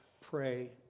pray